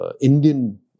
Indian